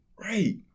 Right